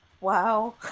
wow